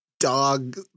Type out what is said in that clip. dog